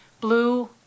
Blue